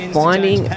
finding